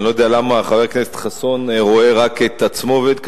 אז אני לא יודע למה חבר הכנסת חסון רואה רק את עצמו ואת קדימה,